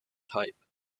type